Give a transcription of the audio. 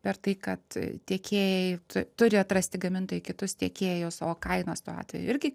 per tai kad tiekėjai turi atrasti gamintojai kitus tiekėjus o kainos tuo atveju irgi